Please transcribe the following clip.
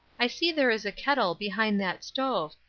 i see there is a kettle behind that stove,